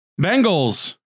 Bengals